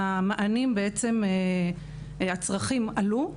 והצרכים עלו.